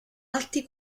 alti